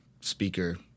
speaker